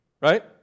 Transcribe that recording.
right